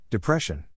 Depression